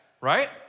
right